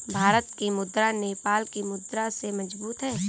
भारत की मुद्रा नेपाल की मुद्रा से मजबूत है